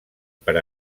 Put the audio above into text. per